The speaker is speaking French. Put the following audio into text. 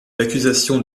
accusations